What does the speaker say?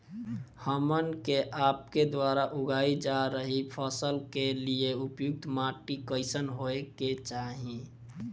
हमन के आपके द्वारा उगाई जा रही फसल के लिए उपयुक्त माटी कईसन होय के चाहीं?